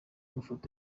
mafoto